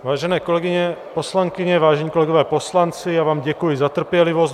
Vážené kolegyně poslankyně, vážení kolegové poslanci, já vám děkuji za trpělivost.